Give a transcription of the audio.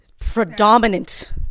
predominant